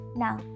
now